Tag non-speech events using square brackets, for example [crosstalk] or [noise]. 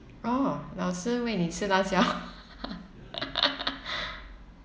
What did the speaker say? orh 老师喂你吃辣椒 [laughs]